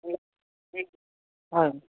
হয়